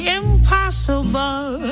impossible